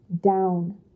down